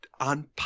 On